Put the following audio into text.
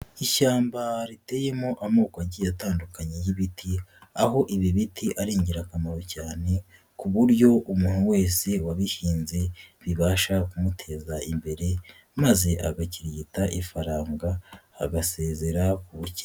Ishyamba riteyemo amoko agiye atandukanye y'ibiti, aho ibi biti ari ingirakamaro cyane ku buryo umuntu wese wabihinze bibasha kumuteza imbere maze agakirigita ifaranga agasezera ku bukene.